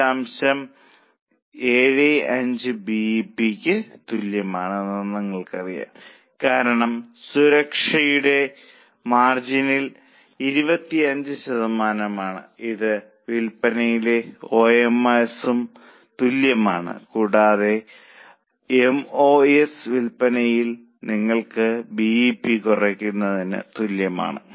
75 ൽ B E P യ്ക്ക് തുല്യമാണെന്ന് നമ്മൾക്കറിയാം കാരണം സുരക്ഷയുടെ മാർജിൻ 25 ശതമാനമാണ് ഇത് വിൽപനയിലെ എം ഓ എസിനു തുല്യമാണ് കൂടാതെ എം ഓ എസ് വിൽപ്പനയിൽ നിന്ന് ബി ഇ പി കുറയ്ക്കുന്നതിനു തുല്യമാണ്